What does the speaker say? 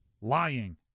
lying